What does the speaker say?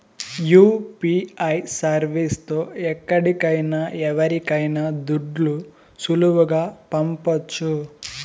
UPI service తో ఎక్కడికైనా ఎవరికైనా దుడ్లు సులువుగా పంపొచ్చు